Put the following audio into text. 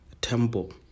temple